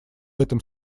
этом